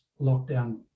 lockdown